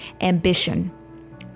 ambition